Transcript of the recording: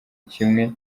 kimwe